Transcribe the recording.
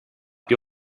più